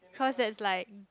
cause that's like